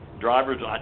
drivers